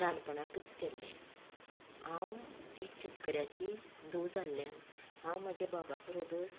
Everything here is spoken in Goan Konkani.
ल्हानपणांतच केल्लें हांव एक शेतकऱ्याची धूव जाल्यान हांव म्हज्या बाबा बरोबर